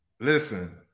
Listen